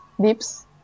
dips